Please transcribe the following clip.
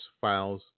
files